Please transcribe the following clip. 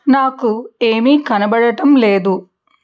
నాకు ఏమి కనబడటం లేదు